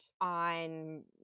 on